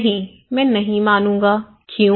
नहीं मैं नहीं मानूंगा क्यों